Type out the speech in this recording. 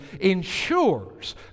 ensures